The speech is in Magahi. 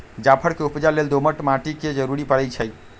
जाफर के उपजा लेल दोमट माटि के जरूरी परै छइ